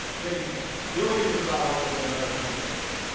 saving billions of dollars to american consumers.